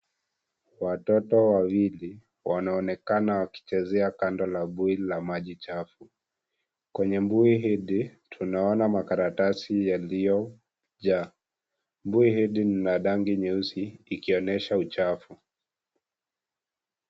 Watoto wawili, wanaonekana wakichezea kando la mbui la maji chafu, kwenye mbui hili, tunaona makaratasi yaliyo jaa, mbui hili lina rangi nyeusi, ikionyesha uchafu.